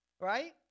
Right